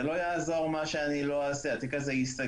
זה לא יעזור מה שאעשה, התיק הזה ייסגר.